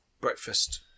breakfast